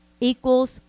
equals